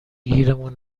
گیرمون